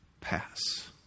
pass